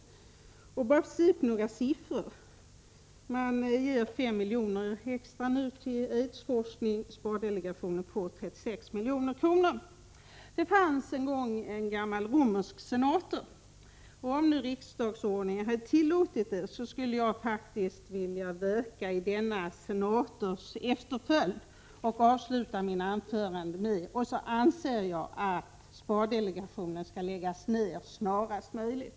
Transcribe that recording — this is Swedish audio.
Låt mig också redovisa ett par siffror: Aidsforskningen får nu ytterligare 5 milj.kr.; spardelegationen får 36 milj.kr. Det fanns en gång en romersk senator, i vars efterföljd jag gärna skulle ha velat verka — om nu riksdagsordningen hade tillåtit det — genom att avsluta mina anföranden med följande: Och så anser jag att spardelegationen skall läggas ner snarast möjligt.